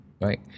Right